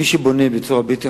מי שבונה בצורה בלתי חוקית,